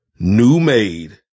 newmade